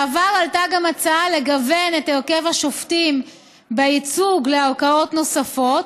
בעבר עלתה גם הצעה לגוון את הרכב השופטים בייצוג לערכאות נוספות,